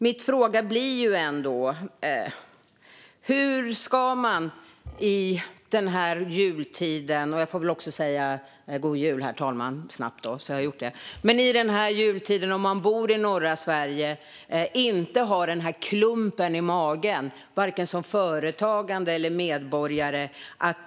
Min fråga blir ändå: Hur ska de göra i dessa jultider - jag får väl säga god jul också, herr talman, så har jag gjort det - som bor i Norrland och har en klump i magen av oro, antingen de är företagare eller inte?